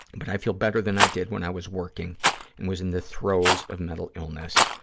but i feel better than i did when i was working and was in the throes of mental illness.